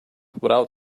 without